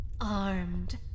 armed